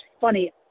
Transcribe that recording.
funny